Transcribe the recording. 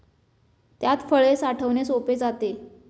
त्यात फळे साठवणे सोपे जाते